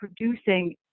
producing